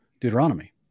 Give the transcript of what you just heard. Deuteronomy